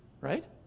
Right